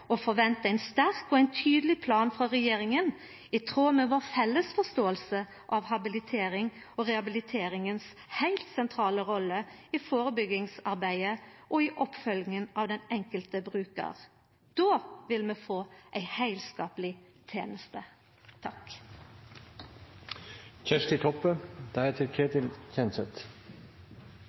og forventar ein sterk og tydeleg plan frå regjeringa i tråd med vår felles forståing av den heilt sentrale rolla til habilitering og rehabilitering i førebyggingsarbeidet og i oppfølginga av den enkelte brukaren. Då vil vi få ei heilskapleg teneste.